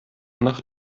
nach